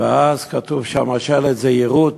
ויש שם שלט: זהירות,